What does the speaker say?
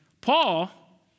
Paul